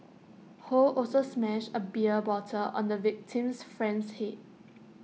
ho also smashed A beer bottle on the victim's friend's Head